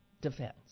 defense